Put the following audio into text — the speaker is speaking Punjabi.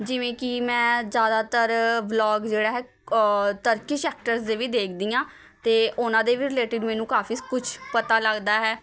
ਜਿਵੇਂ ਕਿ ਮੈਂ ਜ਼ਿਆਦਾਤਰ ਵਲੋਗ ਜਿਹੜਾ ਹੈ ਤਰਕਿਸ਼ ਐਕਟਰਸ ਦੇ ਵੀ ਦੇਖਦੀ ਹਾਂ ਅਤੇ ਉਹਨਾਂ ਦੇ ਵੀ ਰਿਲੇਟਿਡ ਮੈਨੂੰ ਕਾਫੀ ਸ ਕੁਛ ਪਤਾ ਲੱਗਦਾ ਹੈ